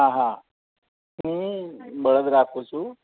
હા હા હું બળદ રાખું છું